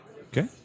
Okay